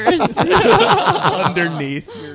Underneath